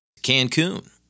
Cancun